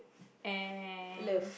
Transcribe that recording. and